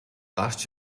гарч